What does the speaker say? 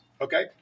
Okay